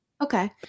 Okay